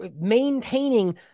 maintaining